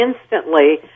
instantly